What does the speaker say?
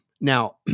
now